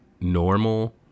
normal